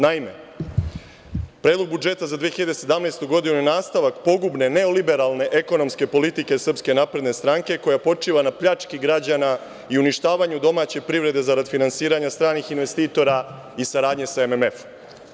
Naime, predlog budžeta za 2017. godinu je nastavak pogubne, neoliberalne ekonomske politike SNS koja počiva na pljački građana i uništavanju domaće privrede zarad finansiranja stranih investitora i saradnje sa MMF-om.